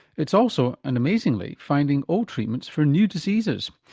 it's also and amazingly finding old treatments for new diseases.